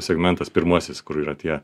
segmentas pirmasis kur yra tie